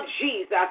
Jesus